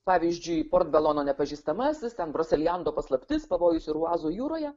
pavyzdžiui port belono nepažįstamasis ten broseljando paslaptis pavojus aruazo jūroje